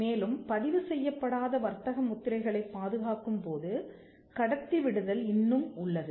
மேலும் பதிவு செய்யப்படாத வர்த்தக முத்திரைகளைப் பாதுகாக்கும் போது கடத்தி விடுதல் இன்னும் உள்ளது